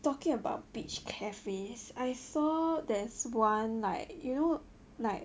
talking about beach cafes I saw there's one like you know like